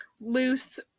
loose